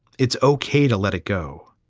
it's ok to let it go.